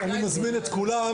אני מזמין את כולם,